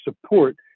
support